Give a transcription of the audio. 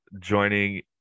joining